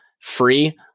free